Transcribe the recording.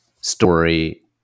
story